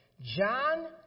John